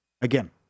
again